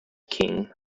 king